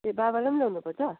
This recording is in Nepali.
ए बाबालाई ल्याउनु पर्छ